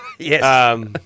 Yes